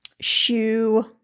shoe